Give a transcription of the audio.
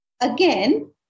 Again